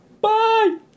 bye